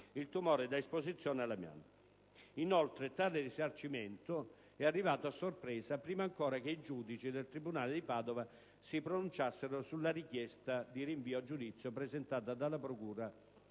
il tumore da esposizione all'amianto. Inoltre, tale risarcimento è arrivato a sorpresa, prima ancora che i giudici del tribunale di Padova si pronunciassero sulla richiesta di rinvio a giudizio, presentata dalla procura